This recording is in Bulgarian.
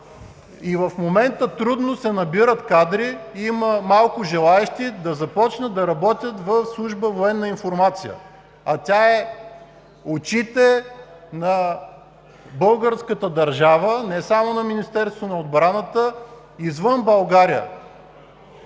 и в момента трудно се набират кадри, има малко желаещи да започнат да работят в служба „Военна информация“. А тя е очите на българската държава, не само на Министерството на отбраната, извън България.